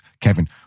Kevin